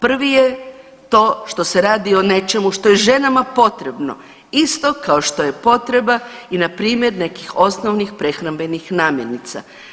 Prvi je to što se radi o nečemu što je ženama potrebno, isto kao što je potreba i npr. nekih osnovnih prehrambenih namirnica.